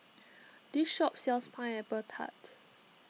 this shop sells Pineapple Tart